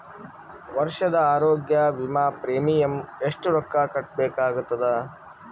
ವರ್ಷದ ಆರೋಗ್ಯ ವಿಮಾ ಪ್ರೀಮಿಯಂ ಎಷ್ಟ ರೊಕ್ಕ ಕಟ್ಟಬೇಕಾಗತದ?